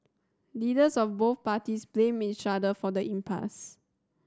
leaders of both parties blamed each other for the impasse